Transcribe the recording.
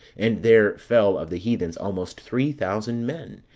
and there fell of the heathens almost three thousand men,